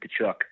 Kachuk